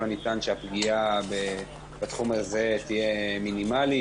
הניתן שהפגיעה בתחום הזה תהיה מינימאלית.